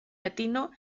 latino